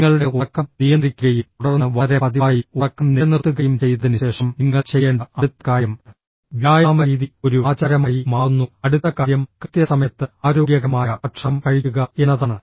നിങ്ങളുടെ ഉറക്കം നിയന്ത്രിക്കുകയും തുടർന്ന് വളരെ പതിവായി ഉറക്കം നിലനിർത്തുകയും ചെയ്തതിന് ശേഷം നിങ്ങൾ ചെയ്യേണ്ട അടുത്ത കാര്യം വ്യായാമ രീതി ഒരു ആചാരമായി മാറുന്നു അടുത്ത കാര്യം കൃത്യസമയത്ത് ആരോഗ്യകരമായ ഭക്ഷണം കഴിക്കുക എന്നതാണ്